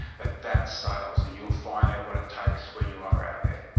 but that's sales, and you'll find out what it takes when you are out there.